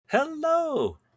Hello